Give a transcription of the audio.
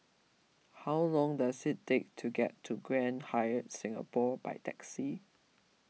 how long does it take to get to Grand Hyatt Singapore by taxi